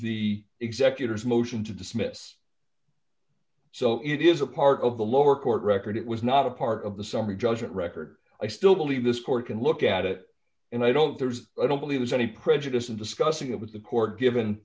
the executors motion to dismiss so it is a part of the lower court record it was not a part of the summary judgment record i still believe this court can look at it and i don't there's i don't believe there's any prejudice in discussing it with the court given